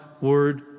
word